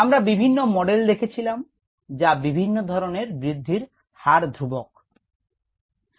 আমরা বিভিন্ন মডেল দেখেছিলাম যা সাবস্ট্রেট ঘনত্বের সঙ্গে সঙ্গে বৃদ্ধির হারের পরিবর্তন নিয়ে ছিল